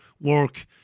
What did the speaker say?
work